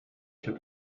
się